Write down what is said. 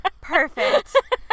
Perfect